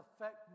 affect